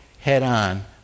head-on